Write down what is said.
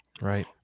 Right